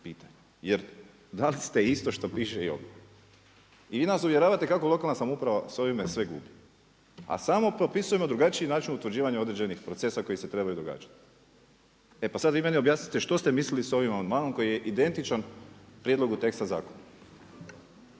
Jer dali ste isto što piše i ovdje. I vi nas uvjeravate kako lokalna samouprava sa ovime sve gubi, a samo propisujemo drugačiji način utvrđivanja određenih procesa koji se trebaju događati. E pa sad vi meni objasnite što ste mislili sa ovim amandmanom koji je identičan prijedlogu teksta zakona?